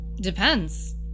Depends